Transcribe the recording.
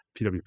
PWP